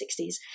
1960s